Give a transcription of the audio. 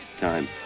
time